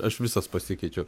aš visas pasikeičiau